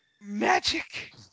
Magic